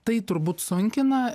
tai turbūt sunkina